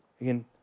again